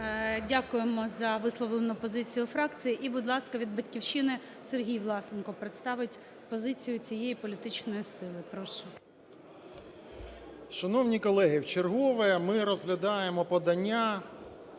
Дякуємо за висловлену позицію фракції. І, будь ласка, від "Батьківщини" Сергій Власенко представить позицію цієї політичної сили. Прошу.